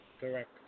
Correct